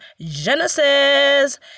Genesis